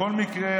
בכל מקרה,